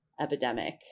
epidemic